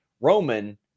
Roman